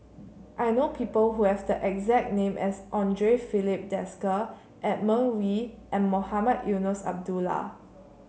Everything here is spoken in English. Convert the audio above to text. I know people who have the exact name as Andre Filipe Desker Edmund Wee and Mohamed Eunos Abdullah